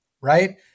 right